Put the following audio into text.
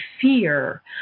fear